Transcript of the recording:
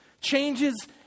changes